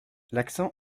l’accent